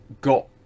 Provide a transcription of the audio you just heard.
got